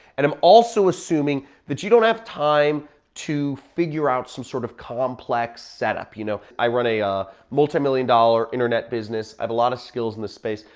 and i'm also assuming that you don't have time to figure out some sort of complex setup. you know i run a multimillion dollar internet business, i have a lot of skills in the space,